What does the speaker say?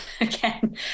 again